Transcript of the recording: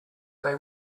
they